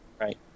Right